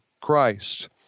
Christ